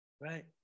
Right